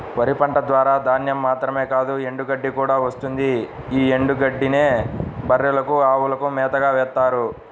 వరి పంట ద్వారా ధాన్యం మాత్రమే కాదు ఎండుగడ్డి కూడా వస్తుంది యీ ఎండుగడ్డినే బర్రెలకు, అవులకు మేతగా వేత్తారు